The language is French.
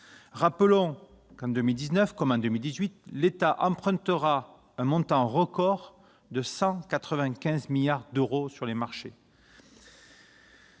par l'INSEE. En 2019, comme en 2018, l'État empruntera le montant record de 195 milliards d'euros sur les marchés.